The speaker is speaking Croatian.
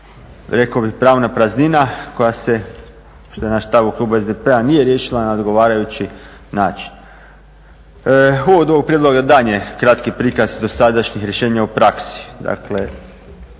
rekao bih pravna praznina koja se, što je naš stav u klubu SDP-a nije riješila na odgovarajući način. U uvodu ovog prijedloga dan je kratki prikaz dosadašnjih rješenja u praksi,